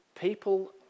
people